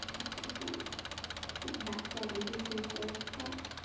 it's like that my hats are and and decreased there at the top